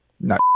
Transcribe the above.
No